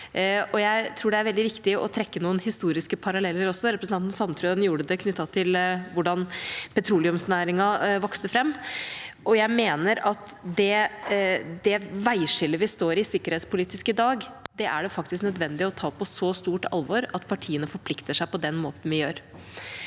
det er veldig viktig å trekke noen historiske paralleller. Representanten Sandtrøen gjorde det knyttet til hvordan petroleumsnæringen vokste fram. Jeg mener at det veiskillet vi står i sikkerhetspolitisk i dag, faktisk er nødvendig å ta på så stort alvor at partiene forplikter seg på den måten vi gjør.